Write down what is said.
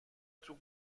توی